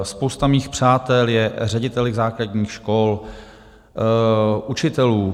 Spousta mých přátel je řediteli základních škol, učiteli.